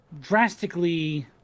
drastically